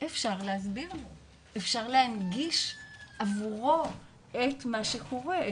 אפשר להסביר לו ואפשר להנגיש עבורו את מה שקורה,